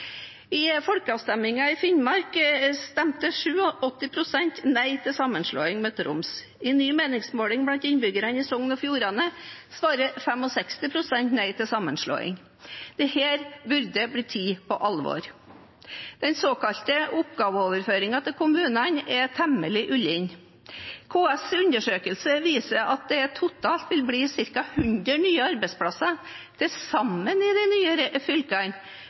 I folkeavstemningen i Finnmark stemte 87 pst. nei til sammenslåing med Troms. I en ny meningsmåling blant innbyggere i Sogn og Fjordane svarte 65 pst. nei til sammenslåing. Dette burde bli tatt på alvor. Den såkalte oppgaveoverføringen til kommunene er temmelig ullen. KS’ undersøkelse viser at med det forslaget regjeringen har lagt fram, vil det totalt bli ca. 100 nye arbeidsplasser til sammen i de nye fylkene,